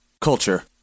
Culture